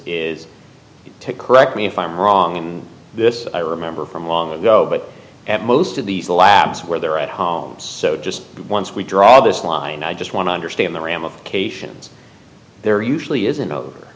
is to correct me if i'm wrong and this i remember from long ago but at most of these labs where they're at homes so just once we draw this line i just want to understand the ramifications there usually isn't over